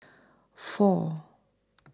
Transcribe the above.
four